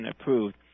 approved